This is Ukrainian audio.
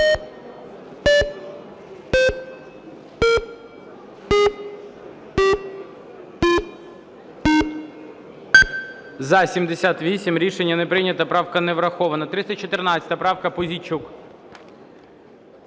За-78 Рішення не прийнято. Правка не врахована. 314 правка, Пузійчук.